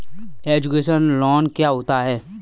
Education loan क्या होता है?